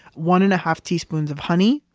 one and a half teaspoons of honey.